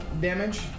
damage